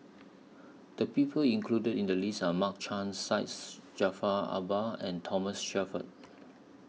The People included in The list Are Mark Chan Jaafar Albar and Thomas Shelford